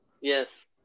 yes